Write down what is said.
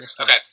Okay